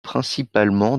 principalement